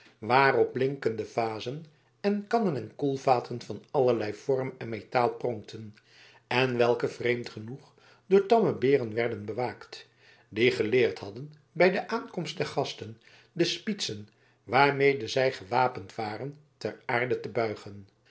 waarop blinkende vazen en kannen en koelvaten van allerlei vorm en metaal pronkten en welke vreemd genoeg door tamme beren werden bewaakt die geleerd hadden bij de aankomst der gasten de spietsen waarmede zij gewapend waren ter aarde te buigen